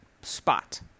spot